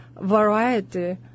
variety